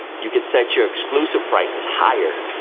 you can set your exclusive prices higher,